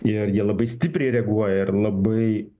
ir jie labai stipriai reaguoja ir labai